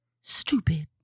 stupid